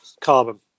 Carbon